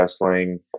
wrestling